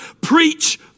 preach